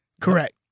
Correct